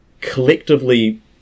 collectively